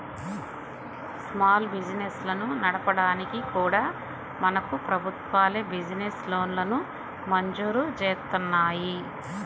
small బిజినెస్లను నడపడానికి కూడా మనకు ప్రభుత్వాలే బిజినెస్ లోన్లను మంజూరు జేత్తన్నాయి